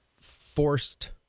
forced